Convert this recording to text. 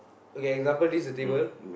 okay example this the table